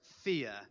fear